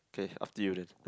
okay after you then